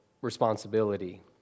responsibility